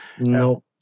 No